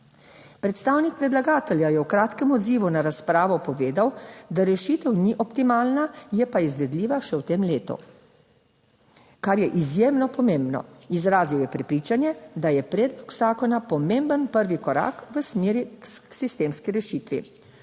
Predstavnik predlagatelja je v kratkem odzivu na razpravo povedal, da rešitev ni optimalna, je pa izvedljiva še v tem letu. Kar je izjemno pomembno. Izrazil je prepričanje, da je predlog zakona pomemben prvi korak v smeri k sistemski rešitvi.